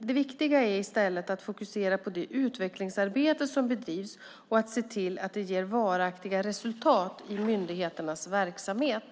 Det viktiga är i stället att fokusera på det utvecklingsarbete som bedrivs och att se till att det ger varaktiga resultat i myndigheternas verksamhet.